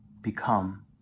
become